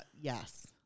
Yes